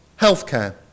healthcare